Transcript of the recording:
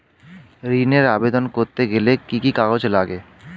ঋণের আবেদন করতে গেলে কি কি কাগজ লাগে?